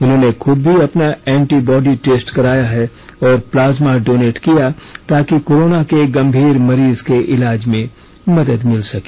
उन्होंने उन्होंने खुद भी अपना एंटीबॉडी टेस्ट कराया है और प्लाजमा डोनेट किया ताकि कोरोना के गंभीर मरीज के इलाज में मदद मिल सके